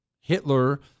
Hitler